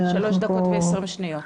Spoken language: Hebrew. שלוש דקות ועשרים שניות.